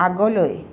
আগলৈ